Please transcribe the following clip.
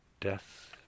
death